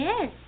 Yes